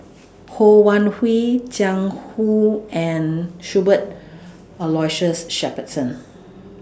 Ho Wan Hui Jiang Hu and Cuthbert Aloysius Shepherdson